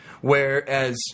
Whereas